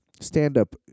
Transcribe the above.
stand-up